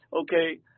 okay